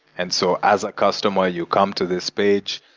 and so as a customer, you come to this page,